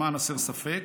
למען הסר ספק,